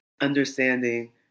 understanding